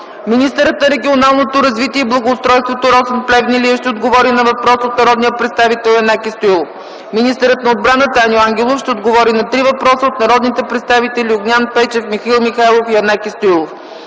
Министърът на регионалното развитие и благоустройството Росен Плевнелиев ще отговори на въпрос от народния представител Янаки Стоилов. Министърът на отбраната Аню Ангелов ще отговори на три въпроса от народните представители Огнян Пейчев, Михаил Михайлов и Янаки Стоилов.